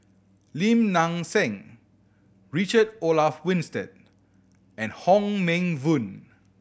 Lim Nang Seng Richard Olaf Winstedt and Hong Meng Voon